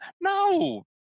no